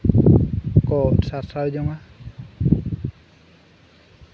ᱠᱚ ᱥᱟᱨᱥᱟᱣ ᱡᱚᱝᱟ